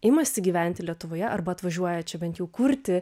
imasi gyventi lietuvoje arba atvažiuoja čia bent jau kurti